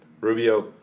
Rubio